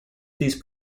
these